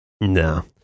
No